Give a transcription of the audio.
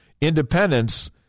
Independence